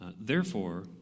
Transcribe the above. Therefore